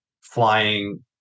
flying